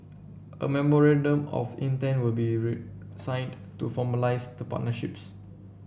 a memorandum of intent will be resigned to formalise the partnerships